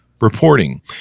reporting